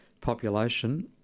population